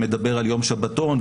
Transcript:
שמדבר על יום שבתון,